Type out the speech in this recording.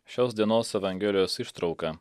šios dienos evangelijos ištrauka